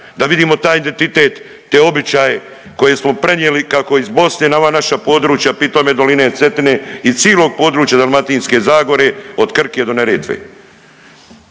da vidimo taj identitet te običaje koje smo prenijeli kako iz Bosne na ova naša područja pitome Doline Cetine i cilog područja Dalmatinske zagore od Krke do Neretve.